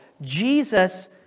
Jesus